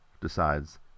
decides